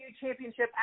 championship